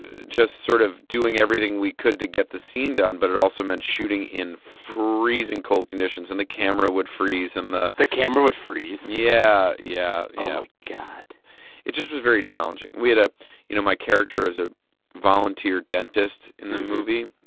just sort of doing everything we could to get the scene done. but it also meant shooting in freezing cold conditions and the camera would freeze and the. the camera would freeze yeah, yeah, yeah oh, my god it just was very challenging. we had a you know, my character is a volunteer dentist in the movie.